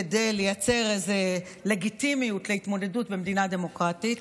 כדי לייצר איזה לגיטימיות להתמודדות במדינה דמוקרטיה,